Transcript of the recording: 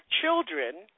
children